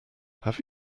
have